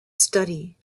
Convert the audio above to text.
study